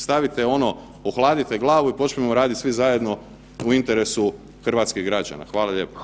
Stavite ono, ohladite glavu i počnimo raditi svi zajedno u interesu hrvatskih građana.